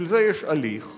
בשביל זה יש הליך,